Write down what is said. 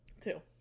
two